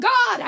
God